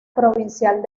provincial